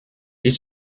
ils